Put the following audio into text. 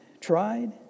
tried